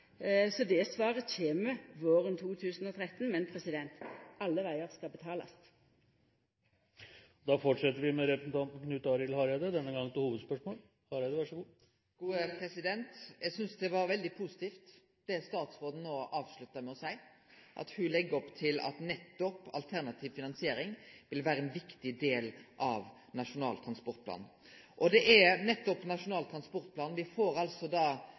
Så det svaret kjem våren 2013, men alle vegar skal betalast. Vi går til neste hovedspørsmål. Eg synest det var veldig positivt det som statsråden no avslutta med å seie, at ho legg opp til at nettopp alternativ finansiering vil vere ein viktig del av Nasjonal transportplan. Me får altså underlagsmaterialet for nettopp Nasjonal transportplan presentert i dag. Me veit at 19. mars i 2012, altså